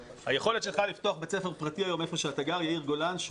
היכולת שלך לפתוח בית ספר פרטי היום היכן שאתה גר יאיר גולן,